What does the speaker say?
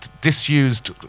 disused